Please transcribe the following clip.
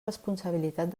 responsabilitat